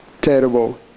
terrible